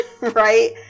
right